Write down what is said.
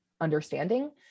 understanding